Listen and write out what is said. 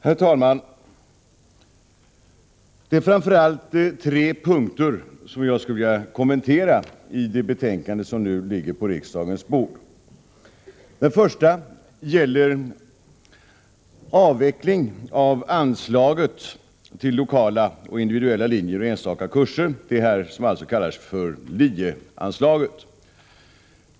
Herr talman! Det är framför allt tre punkter som jag skulle vilja kommentera i det betänkande som nu ligger på riksdagens bord. Den första gäller avveckling av anslaget till lokala och individuella linjer och enstaka kurser, det som kallas för LIE-anslaget.